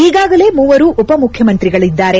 ಈಗಾಗಲೇ ಮೂವರು ಉಪ ಮುಖ್ಯಮಂತ್ರಿಗಳಿದ್ದಾರೆ